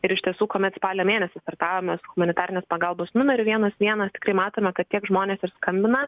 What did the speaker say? ir iš tiesų kuomet spalio mėnesį startavome su humanitarinės pagalbos numeriu vienas vienas tikrai matome kad tiek žmonės ir skambina